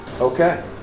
Okay